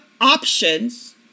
options